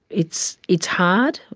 it's it's hard,